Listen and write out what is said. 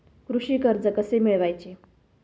कृषी कर्ज कसे मिळवायचे?